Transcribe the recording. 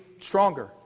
stronger